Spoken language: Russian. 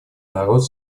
народ